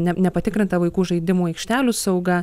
ne nepatikrinta vaikų žaidimų aikštelių sauga